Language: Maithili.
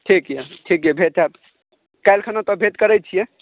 ठीक यऽ ठीक यऽ भेंटब काल्हि खना तऽ भेंट करैत छियै